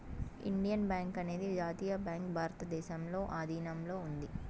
Indian bank అనేది జాతీయ bank భారతదేశంలో ఆధీనంలో ఉంది